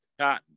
cotton